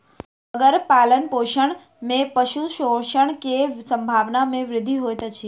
मगरक पालनपोषण में पशु शोषण के संभावना में वृद्धि होइत अछि